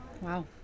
Wow